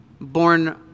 born